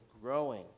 growing